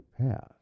path